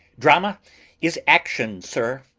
drama is action, sir,